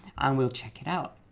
and we'll check it out.